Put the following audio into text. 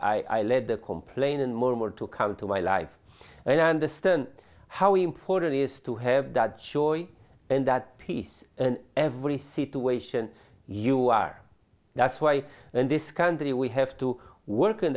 lad i led the complainant more more to come to my life and i understand how important is to have that choice and that peace and every situation you are that's why in this country we have to work in